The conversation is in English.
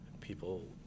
people